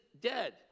dead